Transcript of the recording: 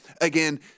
again